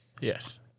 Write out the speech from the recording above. Yes